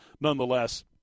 nonetheless